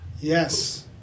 Yes